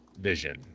Vision